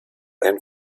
einen